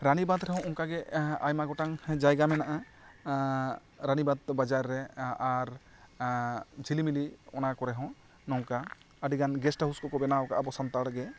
ᱨᱟᱱᱤᱵᱟᱫᱽ ᱨᱮᱦᱚᱸ ᱚᱱᱠᱟ ᱟᱭᱢᱟ ᱜᱚᱴᱟᱝ ᱡᱟᱭᱜᱟ ᱢᱮᱱᱟᱜᱼᱟ ᱨᱟᱱᱤᱵᱟᱫᱽ ᱵᱟᱡᱟᱨ ᱨᱮ ᱟᱨ ᱡᱷᱤᱞᱤᱢᱤᱞᱤ ᱚᱱᱟ ᱠᱚᱨᱮ ᱦᱚᱸ ᱱᱚᱝᱠᱟ ᱟᱹᱰᱤ ᱜᱟᱱ ᱜᱮᱥᱴ ᱦᱟᱣᱩᱥ ᱠᱚᱠᱚ ᱵᱮᱱᱟᱣ ᱟᱠᱟᱫᱟ ᱟᱵᱚ ᱥᱟᱱᱛᱟᱲ ᱜᱮ